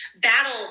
battle